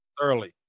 early